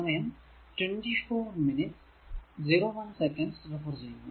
ഇനി ഈ ലൂപ്പ് 1 ൽ KVL അപ്ലൈ ചെയ്യുന്നു